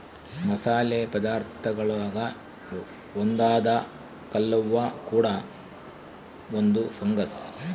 ಮಸಾಲೆ ಪದಾರ್ಥಗುಳಾಗ ಒಂದಾದ ಕಲ್ಲುವ್ವ ಕೂಡ ಒಂದು ಫಂಗಸ್